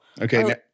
Okay